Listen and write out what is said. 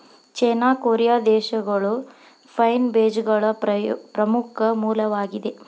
ಚೇನಾ, Korea ದೇಶಗಳು pine ಬೇಜಗಳ ಪ್ರಮುಖ ಮೂಲವಾಗಿದೆ